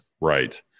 right